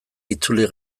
itzuli